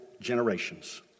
generations